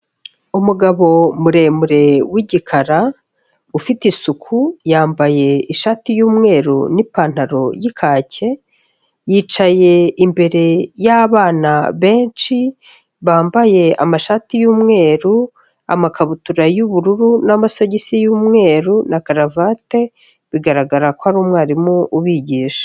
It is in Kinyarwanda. Umugabo muremure w'igikara ufite isuku yambaye ishati y'umweru n'ipantaro y'ikake, yicaye imbere y'abana benshi bambaye amashati y'umweru, amakabutura y'ubururu n'amasogisi y'umweru na karavate bigaragara ko ari umwarimu ubigisha.